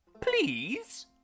Please